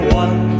one